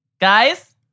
guys